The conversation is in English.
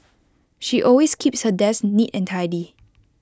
she always keeps her desk neat and tidy